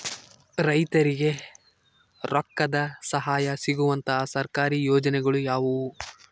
ರೈತರಿಗೆ ರೊಕ್ಕದ ಸಹಾಯ ಸಿಗುವಂತಹ ಸರ್ಕಾರಿ ಯೋಜನೆಗಳು ಯಾವುವು?